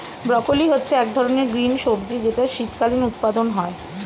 broccoli হচ্ছে এক ধরনের গ্রিন সবজি যেটার শীতকালীন উৎপাদন হয়ে